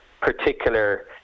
particular